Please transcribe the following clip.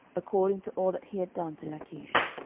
according to all that he had done to lachish.